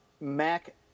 Mac